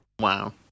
Wow